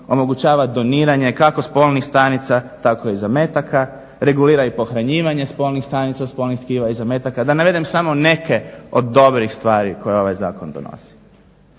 omogućava doniranje kako spolnih stanica tako i zametaka, regulira i pohranjivanje spolnih stanica i spolnih tkiva i zametaka, da navedem samo neke od dobrih stvari koje ovaj zakon donosi.